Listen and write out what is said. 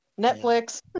Netflix